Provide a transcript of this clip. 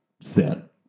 sin